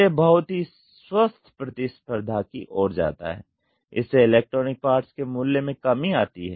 तो यह बहुत ही स्वस्थ प्रतिस्पर्धा की ओर जाता है इससे इलेक्ट्रॉनिक पार्ट्स के मूल्य में कमी आती है